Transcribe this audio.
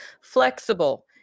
flexible